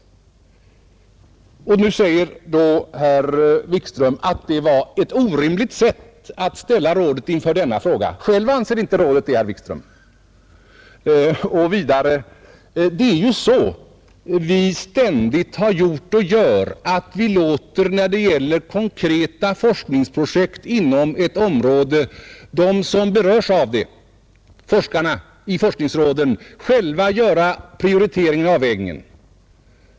Nu påstår herr Wikström, att det var orimligt att ställa rådet inför denna fråga. Rådet självt anser inte att det var orimligt, herr Wikström. Det är ju så vi ständigt har gjort och gör, att vi när det gäller konkreta forskningsprojekt inom ett område låter de berörda forskarna i forskningsråden själva göra prioriteringen och avvägningen.